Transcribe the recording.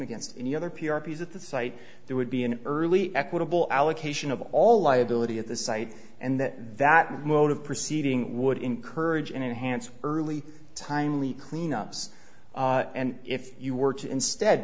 against any other p r piece at the site there would be an early equitable allocation of all liability at the site and that that mode of proceeding would encourage in a handsome early timely cleanups and if you were to instead